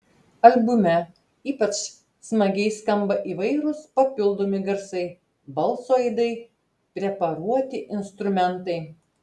albume ypač smagiai skamba įvairūs papildomi garsai balso aidai preparuoti instrumentai